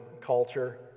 culture